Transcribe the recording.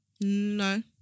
No